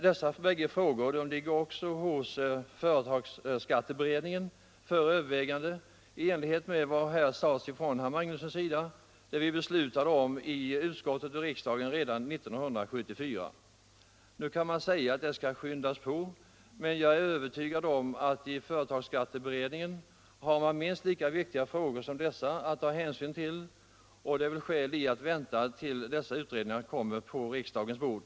Dessa bägge frågor ligger också hos företagsskatteberedningen för över Nr 81 vägande i enlighet med, som herr Magnusson i Nennesholm sade, vad Torsdagen den vi beslutade inom utskottet och i riksdagen redan 1974. Nu kan man 11 mars 1976 säga att frågorna skall skyndas på, men jag är övertygad om att föree = tagsskatteberedningen har minst lika viktiga frågor att ta hänsyn till och Socialförsäkringsatt det är skäl att vänta tills utredningarna kommer på riksdagens bord.